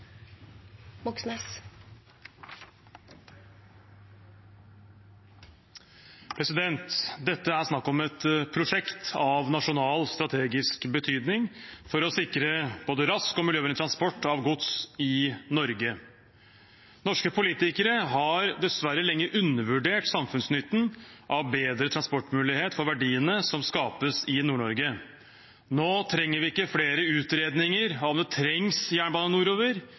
snakk om et prosjekt av nasjonal strategisk betydning for å sikre både rask og miljøvennlig transport av gods i Norge. Norske politikere har dessverre lenge undervurdert samfunnsnytten av bedre transportmulighet for verdiene som skapes i Nord-Norge. Nå trenger vi ikke flere utredninger av om det trengs jernbane nordover.